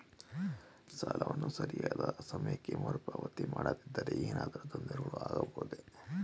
ಸಾಲವನ್ನು ಸರಿಯಾದ ಸಮಯಕ್ಕೆ ಮರುಪಾವತಿ ಮಾಡದಿದ್ದರೆ ಏನಾದರೂ ತೊಂದರೆಗಳು ಆಗಬಹುದೇ?